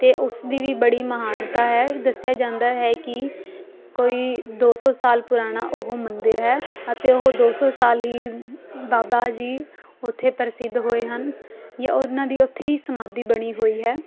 ਅਤੇ ਉਸ ਦੀ ਵੀ ਬੜੀ ਮਹਾਨਤਾ ਹੈ ਦੱਸਿਆ ਜਾਂਦਾ ਹੈ ਕਿ ਕੋਈ ਦੋ ਸੌ ਸਾਲ ਪੁਰਾਣਾ ਉਹ ਮੰਦਿਰ ਹੈ ਅਤੇ ਉਹ ਦੋ ਸੌ ਸਾਲ ਹੀ ਬਾਬਾ ਜੀ ਉੱਥੇ ਪ੍ਰਸਿੱਧ ਹੋਏ ਹਨ ਜਾਂ ਉਹਨਾਂ ਦੀ ਉੱਥੇ ਹੀ ਸਮਾਧੀ ਬਣੀ ਹੋਈ ਹੈ